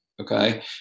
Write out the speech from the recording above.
okay